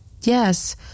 Yes